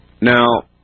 Now